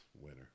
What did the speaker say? winner